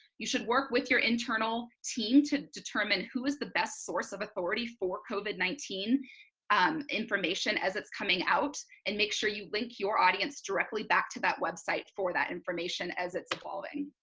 you should work with your internal team to determine who is the best source of authority for covid nineteen um information as it's coming out and make sure you link your audience directly back to that website for that information as it's evolving.